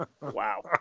Wow